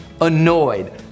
annoyed